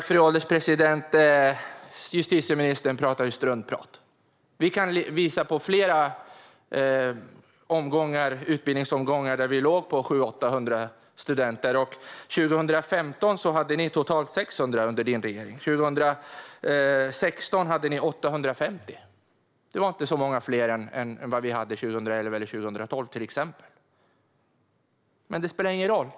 Fru ålderspresident! Justitieministern pratar struntprat. Vi kan visa på flera utbildningsomgångar där vi låg på 700, 800 studenter. År 2015 hade ni totalt 600 under din regering, och 2016 hade ni 850. Det var inte så många fler än vad vi till exempel hade 2011 eller 2012. Men det spelar ingen roll.